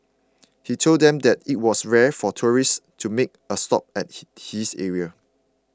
he told them that it was rare for tourists to make a stop at this this area